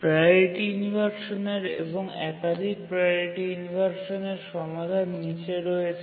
priority ইনভারসানের এবং একাধিক প্রাওরিটি ইনভারসানের সমাধান নীচে রয়েছে